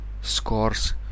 scores